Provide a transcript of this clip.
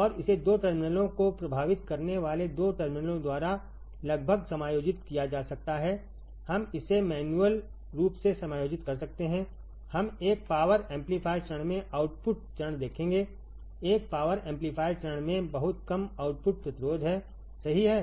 और इसे 2 टर्मिनलों को प्रभावित करने वाले 2 टर्मिनलों द्वारा लगभग समायोजित किया जा सकता है हम इसे मैन्युअल रूप से समायोजित कर सकते हैं हम एक पावर एम्पलीफायर चरण में आउटपुट चरण देखेंगे एक पावर एम्पलीफायर चरण में बहुत कम आउटपुट प्रतिरोध है सही है